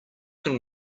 can